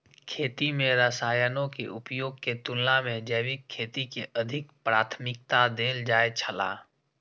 खेती में रसायनों के उपयोग के तुलना में जैविक खेती के अधिक प्राथमिकता देल जाय छला